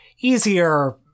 easier